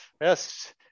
Yes